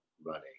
Running